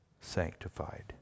sanctified